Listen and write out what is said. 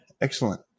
excellent